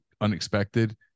unexpected